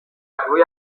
ابرویم